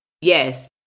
yes